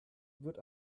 wird